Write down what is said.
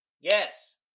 Yes